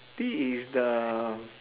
this is the